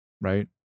right